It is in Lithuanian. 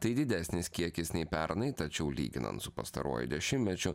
tai didesnis kiekis nei pernai tačiau lyginant su pastaruoju dešimtmečiu